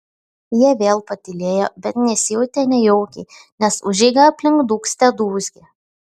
jie vėl patylėjo bet nesijautė nejaukiai nes užeiga aplink dūgzte dūzgė